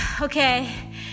Okay